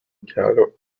kelio